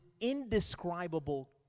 indescribable